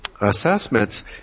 assessments